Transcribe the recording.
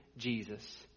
Jesus